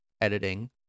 editing